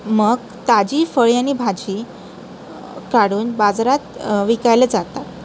मग ताजी फळे आणि भाजी काढून बाजारात विकायला जातात